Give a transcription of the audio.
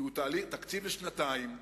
כי הוא תקציב לשנתיים,